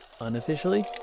Unofficially